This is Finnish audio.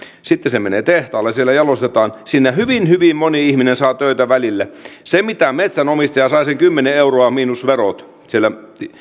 sitten se menee tehtaalle ja siellä jalostetaan siinä hyvin hyvin moni ihminen saa töitä välille se mitä metsänomistaja saa sen kymmenen euroa miinus verot siellä